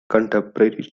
contemporary